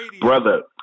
brother